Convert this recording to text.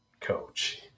coach